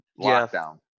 lockdown